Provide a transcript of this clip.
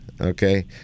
okay